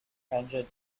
tangent